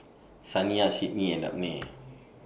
Saniyah Sydni and Dabney